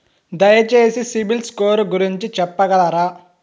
దయచేసి CIBIL score గురించి చెప్పగలరా?